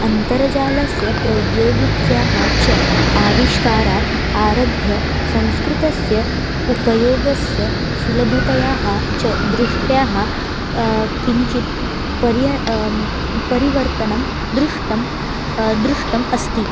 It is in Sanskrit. अन्तर्जालस्य प्रौद्योगिख्याः च आविष्कारात् आरभ्य संस्कृतस्य उपयोगस्य सुलभतया च दृष्ट्या किञ्चित् परिय परिवर्तनं द्रुष्टं दृष्टम् अस्ति